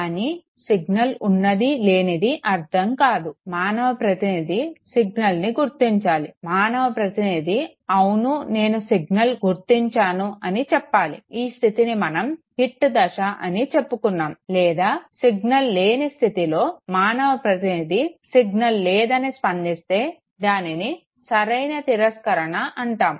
కానీ సిగ్నల్ ఉన్నది లేనిది అర్ధం కాదు మానవ ప్రతినిధి సిగ్నల్ని గుర్తించాలి మానవ ప్రతినిధి అవును నేను సిగ్నల్ గుర్తించాను అని చెప్పాలి ఈ స్థితిని మనం హిట్ దశ అని చెప్పుకున్నాము లేదా సిగ్నల్ లేని స్థితిలో మానవ ప్రతినిధి సిగ్నల్ లేదని స్పందితే దానిని సరైన తిరస్కరణ అంటాము